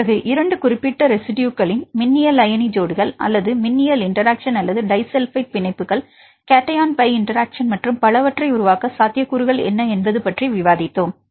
பிறகு 2 குறிப்பிட்ட ரெஸிட்யுகளின் மின்னியல் அயனி ஜோடிகள் அல்லது மின்னியல் இன்டெராக்ஷன் அல்லது டைஸல்பைடு பிணைப்புகள் கேட்டையோன் பை இன்டெராக்ஷன் மற்றும் பலவற்றை உருவாக்க சாத்தியக்கூறுகள் என்ன என்பது பற்றி விவாதித்தோம்